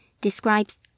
describes